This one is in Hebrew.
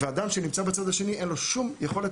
לאדם שנמצא בצד השני אין שום יכולת